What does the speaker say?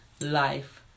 life